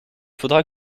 faudra